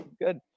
Good